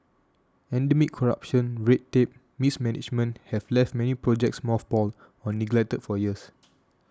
endemic corruption red tape and mismanagement have left many projects mothballed or neglected for years